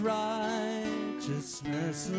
righteousness